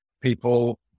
People